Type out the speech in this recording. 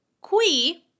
Qui